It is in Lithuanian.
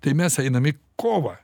tai mes einam į kovą